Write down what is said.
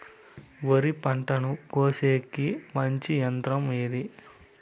వరి పంటను కోసేకి మంచి యంత్రం ఏది?